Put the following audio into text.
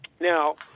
Now